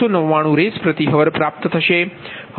તેથી તમને CPg501599Rshr